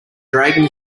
dragging